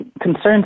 Concerns